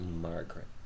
Margaret